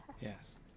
Yes